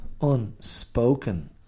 unspoken